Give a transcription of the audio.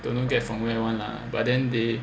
don't know get from where [one] lah but then they